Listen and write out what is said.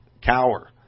cower